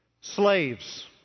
Slaves